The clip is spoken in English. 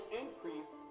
increase